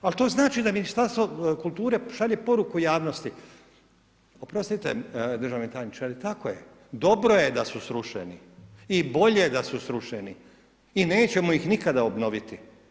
Ali to znači da Ministarstvo kulture šalje poruku javnosti, oprostite državni tajniče, ali tako je, dobro je da su srušeni i bolje je da su srušeni i nećemo ih nikada obnoviti.